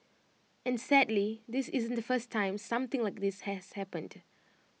and sadly this isn't the first time something like this has happened